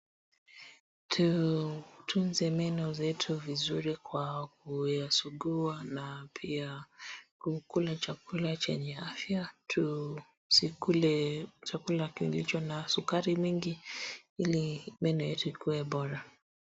Tutunze meno zetu vizuri kwa kuyasugua na pia kwa kukula chakula chenye afya tusikule chakula kilicho na sukari mingi ili meno yetu ikue bora.